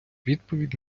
відповідь